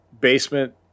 basement